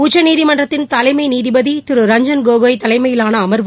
உச்சநீதிமன்றத்தின் தலைமை நீதிபதி திரு ரஞ்சன் கோகோய் தலைமையிலான அமர்வு